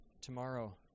tomorrow